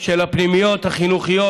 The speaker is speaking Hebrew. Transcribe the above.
של הפנימיות החינוכיות,